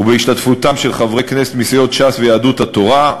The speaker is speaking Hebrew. ובהשתתפותם של חברי כנסת מסיעות ש"ס ויהדות התורה,